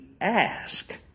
ask